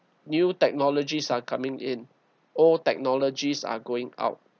new technologies are coming in old technologies are going out